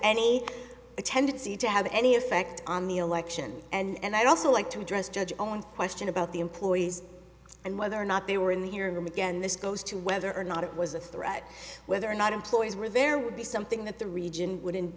any tendency to have any effect on the election and i'd also like to address judge own question about the employees and whether or not they were in the hearing room again this goes to whether or not it was a threat whether or not employees were there would be something that the region wouldn't